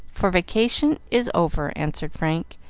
for vacation is over, answered frank,